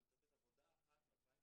אני אצטט עבודה אחת מ-2017